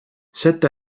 sette